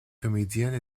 comédienne